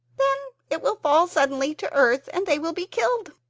then it will fall suddenly to earth, and they will be killed.